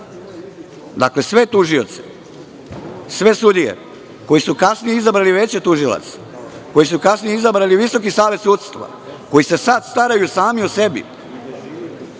Dakle, sve tužioce, sve sudije koje su kasnije izabrale veće tužilaca, koje su kasnije izabrali Visoki savet sudstva, koje se sada staraju sami o sebi,